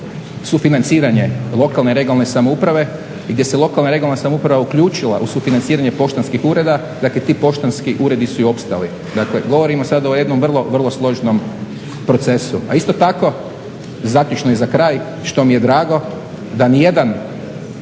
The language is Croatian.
sufinanciranje lokalne i regionalne samouprave i gdje se lokalna i regionalna samouprava uključila u sufinanciranje poštanskih ureda, dakle ti poštanski uredi su i opstali. Dakle, govorimo sada o jednom vrlo, vrlo složenom procesu. A isto tako, zaključno i za kraj, što mi je drago da nijedan